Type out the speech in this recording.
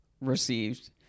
received